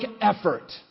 effort